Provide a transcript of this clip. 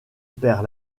père